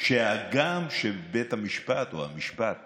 שהגם שבית המשפט או המשפט